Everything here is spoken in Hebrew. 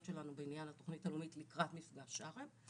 שלנו בעניין התוכנית הלאומית לקראת מפגש שארם,